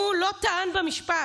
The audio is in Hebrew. הוא לא טען במשפט,